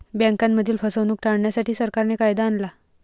बँकांमधील फसवणूक टाळण्यासाठी, सरकारने कायदा आणला